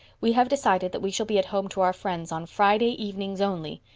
we have decided that we shall be at home to our friends on friday evenings only.